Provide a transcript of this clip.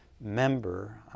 member